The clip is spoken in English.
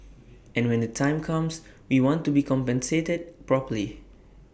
and when the time comes we want to be compensated properly